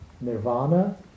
nirvana